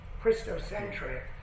Christocentric